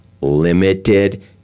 limited